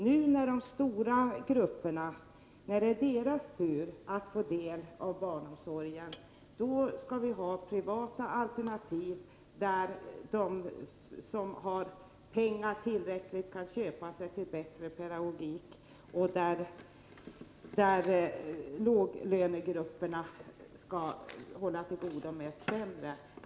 När det är de stora gruppernas tur att få del av barnomsorgen, skall det finnas privata alternativ där de som har tillräckligt med pengar kan köpa bättre pedagogik, medan låglönegrupperna får hålla till godo med sämre.